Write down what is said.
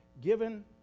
given